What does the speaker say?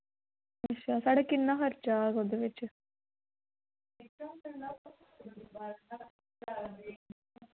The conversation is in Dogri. अच्छा साढ़े किन्ना खर्चा औग उ'दे बिच